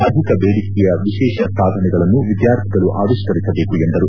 ಅಧಿಕ ಬೇಡಿಕೆಯ ವಿಶೇಷ ಸಾಧನಗಳನ್ನು ವಿದ್ವಾರ್ಥಿಗಳು ಆವಿಷ್ಠರಿಸಬೇಕು ಎಂದರು